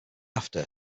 after